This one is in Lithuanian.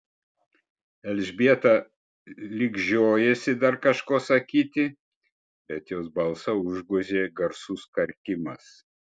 elžbieta lyg žiojosi dar kažko sakyti bet jos balsą užgožė garsus karkimas